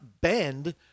bend